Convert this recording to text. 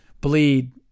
bleed